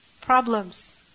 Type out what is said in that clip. Problems